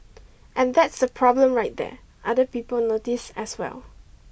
and that's the problem right there other people notice as well